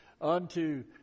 unto